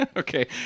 Okay